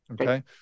Okay